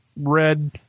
red